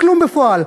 אין כלום בפועל.